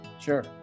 Sure